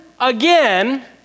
again